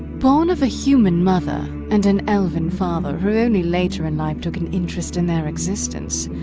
born of a human mother and an elven father who only later in life took an interest in their existence,